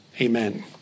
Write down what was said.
Amen